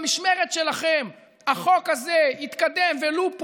במשמרת שלכם החוק הזה יתקדם ולו פרומיל,